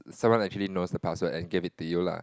someone actually knows the password and gave it to you lah